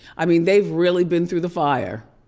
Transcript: i mean, they've really been through the fire.